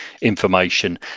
information